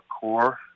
core